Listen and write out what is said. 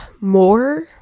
more